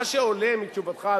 מה שעולה מתשובתך,